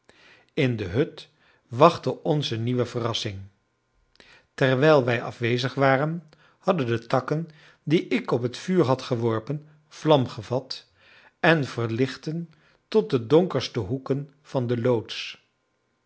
in de hut wachtte ons een nieuwe verrassing terwijl wij afwezig waren hadden de takken die ik op het vuur had geworpen vlam gevat en verlichtten tot de donkerste hoeken van de loods